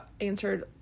answered